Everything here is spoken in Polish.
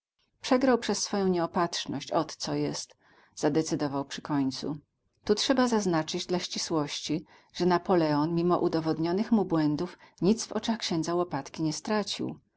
przegrał przez swoją nieopatrzność oto co jest zadecydował przy końcu tu trzeba zaznaczyć dla ścisłości że napoleon mimo udowodnionych mu błędów nic w oczach księdza łopatki nie stracił